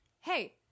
hey